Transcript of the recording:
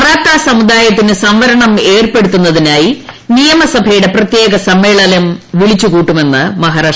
മറാത്ത സമുദായത്തിന് സംവരണം ഏർപ്പെടുത്തുന്നതിനായി നിയമസഭയുടെ പ്രത്യേക സമ്മേളനം വിളിച്ചു കൂട്ടുമെന്ന് മഹാരാഷ്ട്ര ഗവൺമെന്റ്